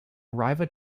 arriva